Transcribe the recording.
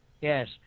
Yes